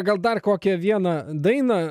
gal dar kokią vieną dainą